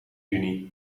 juni